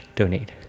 donate